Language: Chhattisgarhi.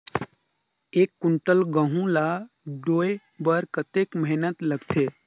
एक कुंटल गहूं ला ढोए बर कतेक मेहनत लगथे?